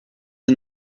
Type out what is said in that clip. are